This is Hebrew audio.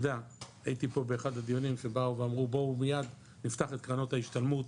הייתי פה באחד הדיונים שאמרו 'בואו מיד נפתח את קרנות ההשתלמות